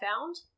found